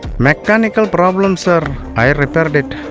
mechanical problem sir, um i ah repaired it.